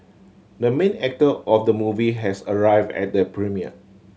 the main actor of the movie has arrived at the premiere